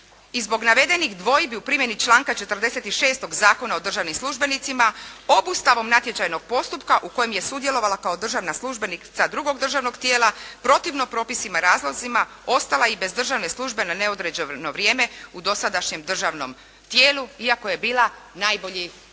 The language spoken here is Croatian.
zbog navedenih dvojbi u primjeni članka 46. Zakona o državnim službenicima, obustavom natječajnog postupka u kojem je sudjelovala kao državna službenica drugog državnog tijela, protivno propisima razlozima ostala i bez državne službe na neodređeno vrijeme u dosadašnjem državnom tijelu iako je bila najbolji kandidat